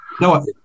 No